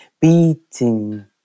beating